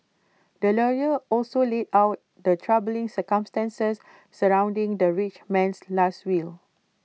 the lawyer also laid out the troubling circumstances surrounding the rich man's Last Will